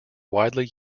widely